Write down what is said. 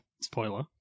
Spoiler